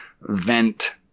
vent